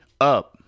up